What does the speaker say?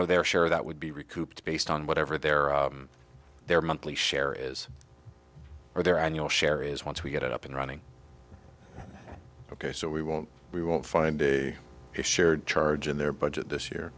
know their share that would be recouped based on whatever their their monthly share is or their annual share is once we get it up and running ok so we won't we won't find a shared charge in their budget this year